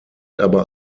aber